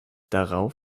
darauf